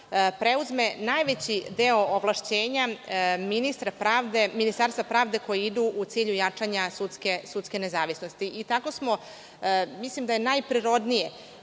preuzme najveći deo ovlašćenja Ministarstva pravde, koji idu u cilju jačanja sudske nezavisnosti. Mislim da je najprirodnije